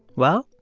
well,